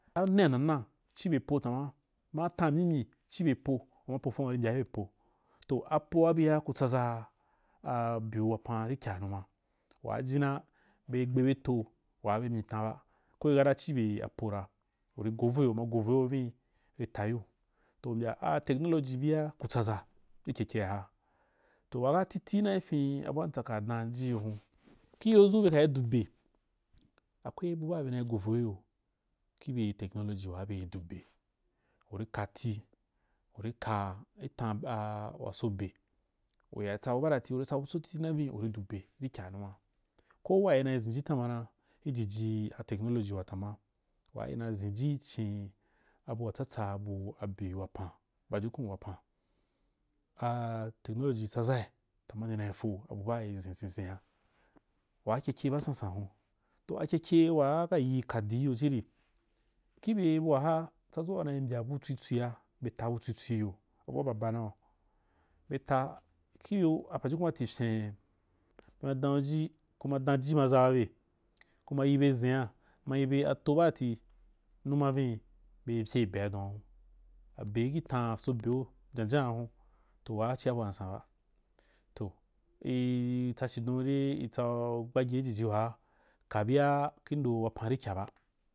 Ane’a nana chibe pota. a. a tan’amyimyi chibe po uma peram uri mbyaibe po. toh apoa nia kutsazaa a-biu wapapn rikyaa na, waa jinna bei gbebe to waa be myitanba. ko yekata chibe-apora uri go voiyo uma govol yo beia beia ta yiu toh u mbya artechnology bia ku tsaza ikeke aha, toh waha dan jiuyo hun, kiyozu bekai dube, akwei bu baa benai go voiye bibye technology waa bei du be, uri kati urikaa tiana waso bei uyaitsa bub a waso be uyaitsa bubadatai uritsabutso titi na via urid ube rikya numa l waa ina zenj tamana ijiji a technology watama a wai ina zenji ichin abua tsatsa bu abiu wapan pajunkun’u wapan a-technology tsazai tama benafo abu baa izem zen zen’a waa akekei basansan hun, toh akeke waa kayii kadiiyo xhiri, kinye bua ha, ysazua unai mbya butwo tswoa beta bu tsw tswii yo, abu baa baba nau, beta kubeu apajukun baatifem bema dan’uji kuma dan jima zababe kuma yi be zan’a kuma i be ato baati nma vini bei fyei be’adon ahun abeu ki tan aso beu janjan’ahun, toh waa chia ba nsanba waa chia bua nsan ba, toh, i-tsa chidon dei itsau gbage ijiji waa kabia ki ndo wapan rikya ba.